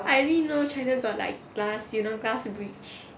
I only know china got like glass you know glass bridge